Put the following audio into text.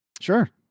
Sure